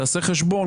תעשה חשבון.